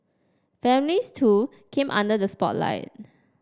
families too came under the spotlight